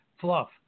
fluff